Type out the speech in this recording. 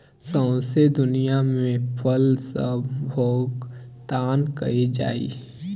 सौंसे दुनियाँ मे पे पल सँ भोगतान कएल जाइ छै